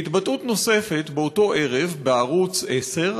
בהתבטאות נוספת באותו ערב בערוץ 10,